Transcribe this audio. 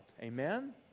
Amen